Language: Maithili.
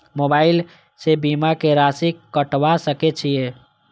मोबाइल से बीमा के राशि कटवा सके छिऐ?